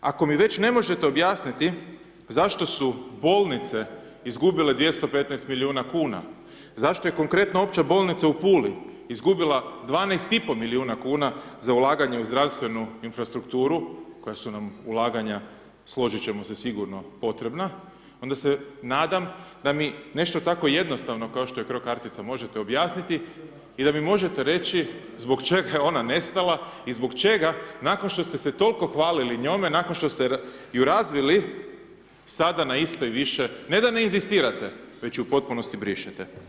E sad, ako mi već ne možete objasniti zašto su bolnice izgubile 215 milijuna kuna, zašto je konkretno opća bolnica u Puli izgubila 12,5 milijuna kuna za ulaganje u zdravstvenu infrastruktura koja su nam ulaganja, složiti ćemo sigurno, potrebna, onda se nadam da mi nešto tako jednostavno kao što je cro kartica, možete objasniti i da mi možete reći zbog čega je ona nestala i zbog čega, nakon što ste se toliko hvalili njome, nakon što ste ju razvili sada na istoj više, ne da ne inzistirate, već u potpunosti brišete.